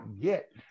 get